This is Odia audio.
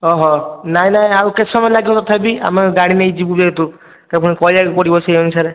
ଓହଃ ନାଇଁ ନାଇଁ ଆଉ କେତେ ସମୟ ତଥାପି ଆମେ ଗାଡ଼ି ନେଇକି ଯିବୁ ଯେହେତୁ ତାକୁ ପୁଣି କହିବାକୁ ପଡ଼ିବ ସେହି ଅନୁସାରେ